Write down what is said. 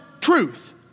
Truth